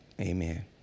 Amen